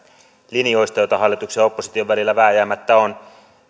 linjoista joita hallituksen ja opposition välillä vääjäämättä on